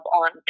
on